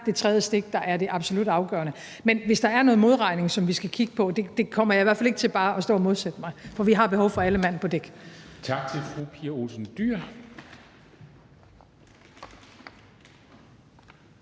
det tredje stik, der er det absolut afgørende. Men hvis det er noget modregning, som vi skal kigge på, kommer jeg i hvert fald ikke til bare at stå og modsætte mig, for vi har behov for alle mand på dæk. Kl. 13:27 Formanden